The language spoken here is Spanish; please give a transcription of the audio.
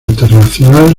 internacional